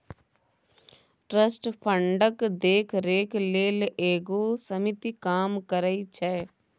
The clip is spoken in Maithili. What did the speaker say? ट्रस्ट फंडक देखरेख लेल एगो समिति काम करइ छै